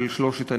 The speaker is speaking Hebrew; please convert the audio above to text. של שלושת הנערים.